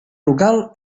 local